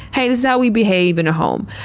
hey, this is how we behave in a home.